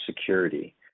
security